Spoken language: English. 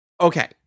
Okay